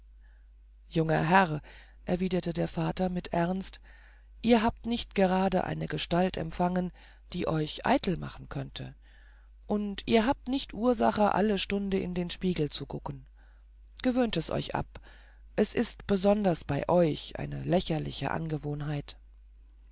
junger herr erwiderte der vater mit ernst ihr habt nicht gerade eine gestalt empfangen die euch eitel machen könnte und ihr habt nicht ursache alle stunden in den spiegel zu gucken gewöhnt es euch ab es ist besonders bei euch eine lächerliche gewohnheit